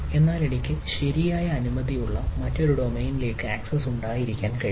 എന്നാൽ എനിക്ക് ശരിയായ അനുമതിയുള്ള മറ്റൊരു ഡൊമെയ്നിലേക്ക് ആക്സസ് ഉണ്ടായിരിക്കാൻ കഴിയും